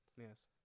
Yes